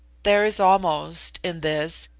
there is almost, in this,